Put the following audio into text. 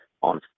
on